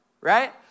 Right